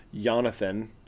Jonathan